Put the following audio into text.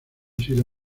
sido